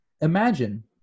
imagine